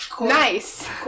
Nice